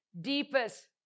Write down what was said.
deepest